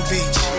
Beach